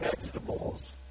vegetables